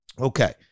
Okay